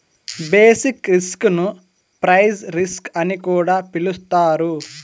basic risk ను price risk అని కూడా పిలుత్తారు